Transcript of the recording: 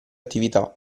attività